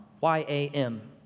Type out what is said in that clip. Y-A-M